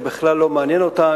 זה בכלל לא מעניין אותם.